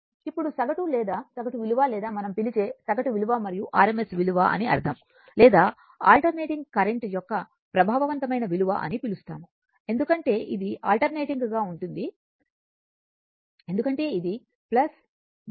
ఇప్పుడు సగటు లేదా సగటు విలువ లేదా మనం పిలిచే సగటు విలువ మరియు RMS విలువ అని అర్ధం లేదా ఆల్టర్నేటింగ్ కరెంట్ యొక్క ప్రభావవంతమైన విలువ అని పిలుస్తాము ఎందుకంటే ఇది ఆల్టర్నేటింగ్ గా ఉంటుంది ఎందుకంటే ఇది మైనస్ మైనస్గా కదులుతోంది